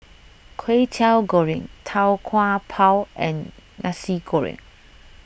Kway Teow Goreng Tau Kwa Pau and Nasi Goreng